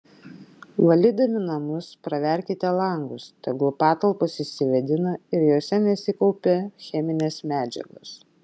valydami namus praverkite langus tegul patalpos išsivėdina ir jose nesikaupia cheminės medžiagos